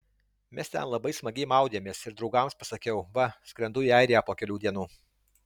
mes ten labai smagiai maudėmės ir draugams pasakiau va skrendu į airiją po kelių dienų